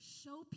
show